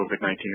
COVID-19